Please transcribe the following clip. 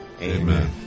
Amen